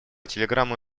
телеграмму